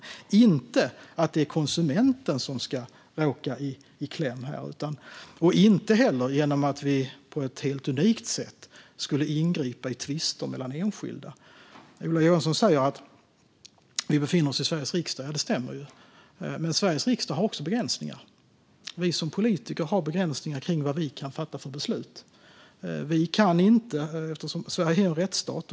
Vi ska inte göra något som leder till att konsumenten hamnar i kläm. Vi ska inte heller, på ett helt unikt sätt, ingripa i tvister mellan enskilda. Det Ola Johansson säger om att vi befinner oss i Sveriges riksdag stämmer. Men Sveriges riksdag har också begränsningar. Det finns begränsningar för vilka beslut vi som politiker kan fatta. Sverige är en rättsstat.